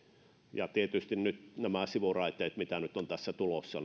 ja tietysti nyt nämä sivuraiteet mitä nyt on tässä tulossa